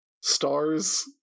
Stars